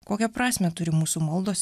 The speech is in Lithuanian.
kokią prasmę turi mūsų maldos